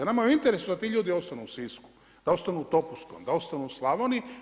Nama je u interesu da ti ljudi ostanu u Sisku, da ostanu u Topuskom, da ostanu u Slavoniji.